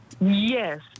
Yes